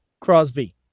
Crosby